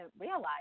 realize